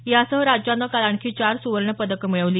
यासह राज्यानं काल आणखी चार सुवर्ण पदकं मिळवली